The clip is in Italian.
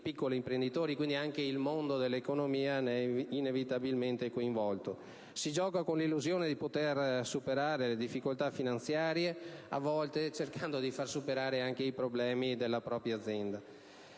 piccoli imprenditori; quindi, anche il mondo dell'economia ne è inevitabilmente coinvolto. Si gioca con l'illusione di poter superare le difficoltà finanziarie, a volte cercando di superare anche i problemi della propria azienda.